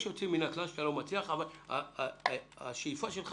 יש יוצאים מהכלל שאתה לא מצליח, אבל השאיפה שלך.